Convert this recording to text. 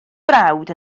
frawd